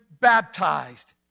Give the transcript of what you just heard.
baptized